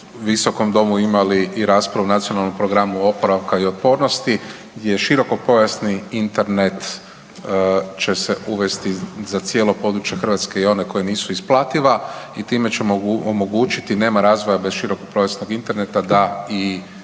visokom domu imali i raspravu o NPOO-u gdje širokopojasni Internet će se uvesti za cijelo područje Hrvatske i ona koja nisu isplativa i time ćemo omogućiti, nema razvoja bez širokopojasnog Interneta, da i